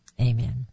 Amen